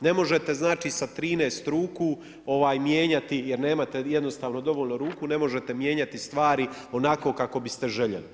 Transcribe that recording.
Ne možete znači s 13 ruku mijenjati, jer nemate jednostavno dovoljno ruku, ne možete mijenjati stvari onako kako biste željeli.